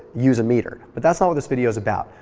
use a meter. but that's not what this video's about.